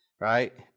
right